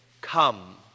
Come